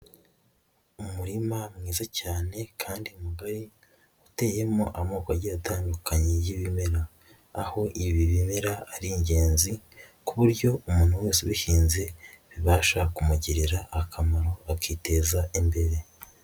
Umurima mwiza cyane kandi mugari uteyemo amoko agiye atandukanye y'ibimera aho ibi bimera ari ingenzi ku buryo umuntu wese ubihinze bibasha kumugirira akamaro akiteza imbere.